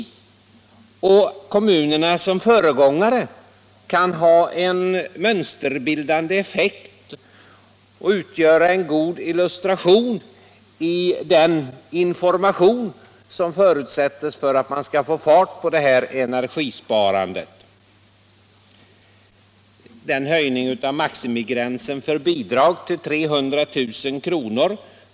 Kommunerna kan dessutom som föregångare ha en mönsterbildande effekt och utgöra en god illustration i den information som förutsättes för att man skall få fart på energisparandet. Den höjning av maximigränsen för bidrag till 300 000 kr.